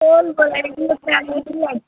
call बढ़ाएगी